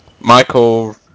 Michael